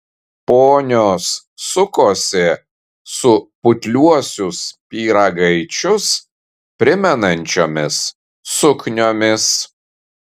ponios sukosi su putliuosius pyragaičius primenančiomis sukniomis